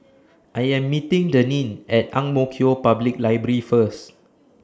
I Am meeting Denine At Ang Mo Kio Public Library First